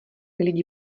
lidi